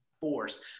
force